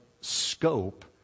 scope